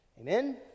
Amen